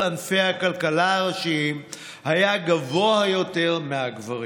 ענפי הכלכלה הראשיים היה גבוה יותר מהגברים.